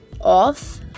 off